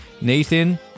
nathan